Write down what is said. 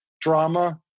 drama